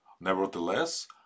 Nevertheless